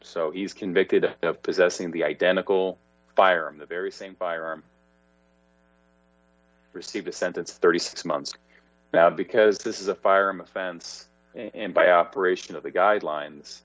so he's convicted of possessing the identical firearm the very same firearm received a sentence thirty six months because this is a firearm offense and by operation of the guidelines